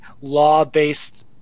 law-based